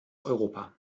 europa